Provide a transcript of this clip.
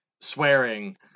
swearing